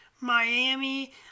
Miami